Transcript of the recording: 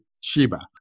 shiba